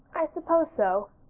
i suppose so,